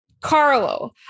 Carlo